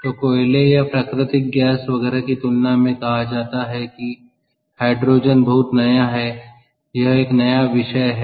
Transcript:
तो कोयले या प्राकृतिक गैस वगैरह की तुलना में कहा जाता है कि हाइड्रोजन बहुत नया है यह एक नया विषय है